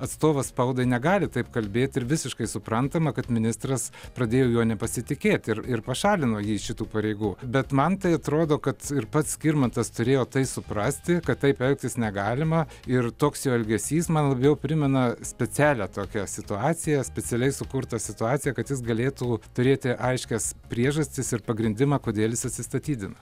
atstovas spaudai negali taip kalbėt ir visiškai suprantama kad ministras pradėjo juo nepasitikėt ir ir pašalino jį iš šitų pareigų bet man tai atrodo kad ir pats skirmantas turėjo tai suprasti kad taip elgtis negalima ir toks jo elgesys man labiau primena specialią tokia situacija specialiai sukurtą situaciją kad jis galėtų turėti aiškias priežastis ir pagrindimą kodėl jis atsistatydina